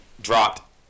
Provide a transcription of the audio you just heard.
dropped